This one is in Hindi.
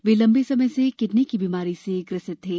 वे लम्बे समय से किडनी की बीमारी से ग्रसित थे